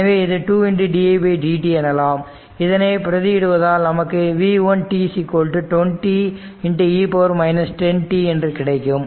எனவே இது 2 didt எனலாம் இதனை பிரதி இடுவதால் நமக்கு v1t 20e 10t என்று கிடைக்கும்